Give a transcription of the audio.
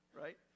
Right